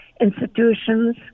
institutions